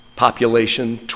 Population